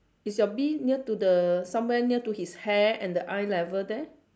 is your bee near to the somewhere near to his hair and the eye level there